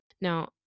Now